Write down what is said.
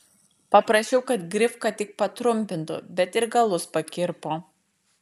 paprašiau kad grifką tik patrumpintų bet ir galus pakirpo